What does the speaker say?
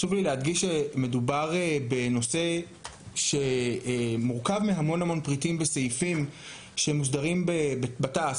להדגיש שמדובר בנושא שמורכב מהמון-המון פריטים וסעיפים שמוסדרים בתע"ס,